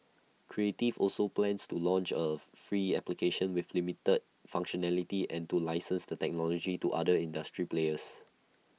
creative also plans to launch A free application with limited functionality and to license the technology to other industry players